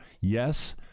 yes